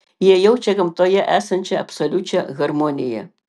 jie jaučia gamtoje esančią absoliučią harmoniją